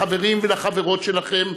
לחברים ולחברות שלכם,